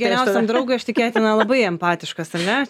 geriausiam draugui aš tikėtina labai empatiškas ar ne